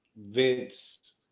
Vince